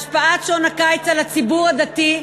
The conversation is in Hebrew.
השפעת שעון הקיץ על הציבור הדתי.